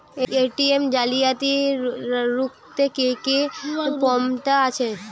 ATM জালিয়াতি রুখতে কি কি পন্থা আছে?